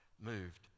moved